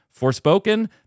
Forspoken